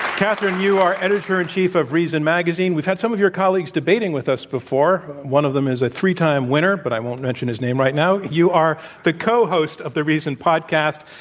katherine, you are editor in chief of reason magazine. we've had some of your colleagues debating with us before. one of them is a three-time winner, but i won't mention his name right now. you are the co-host of the reason podcast.